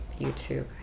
YouTube